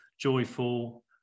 joyful